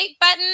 button